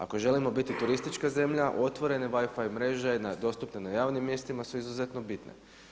Ako želimo biti turistička zemlja otvorene WiFi mreže dostupne na javnim mjestima su izuzetno bitne.